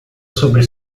sobre